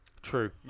True